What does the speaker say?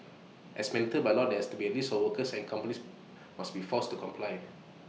as mandated by law there has to be A list of workers and companies must be forced to comply